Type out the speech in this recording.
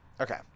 Okay